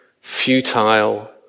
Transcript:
futile